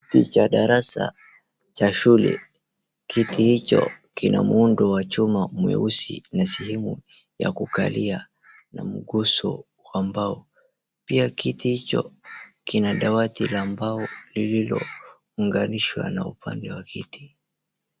Kiti cha darasa cha shule , kiti hicho kina muundo wa chuma mweusi na sehemu ya kukalia na mguso wa mbao pia kiti hicho kina dawati la mbao lililounganishwa na upande wa kiti.